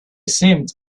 seemed